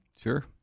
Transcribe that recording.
Sure